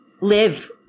live